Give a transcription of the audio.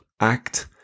act